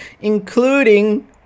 Including